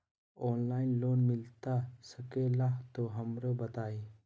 Online loan मिलता सके ला तो हमरो बताई?